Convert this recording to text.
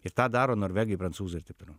ir tą daro norvegai prancūzai ir taip toliau